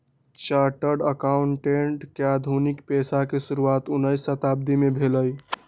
chartered accountant के आधुनिक पेशा के शुरुआत उनइ शताब्दी में भेलइ